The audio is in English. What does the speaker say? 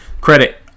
credit